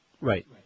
Right